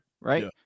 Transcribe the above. right